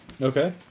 Okay